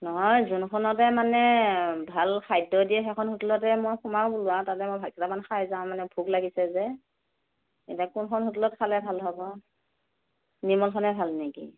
নহয় যোনখনতে মানে ভাল খাদ্য দিয়ে সেইখন হোটেলতে মই সোমাম আৰু তাতে মই ভাত কেইটামান খাই যাওঁ মানে ভোক লাগিছে যে এতিয়া কোনখন হোটেলত খালে ভাল হ'ব নিৰ্মলখনে ভাল নেকি